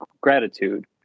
gratitude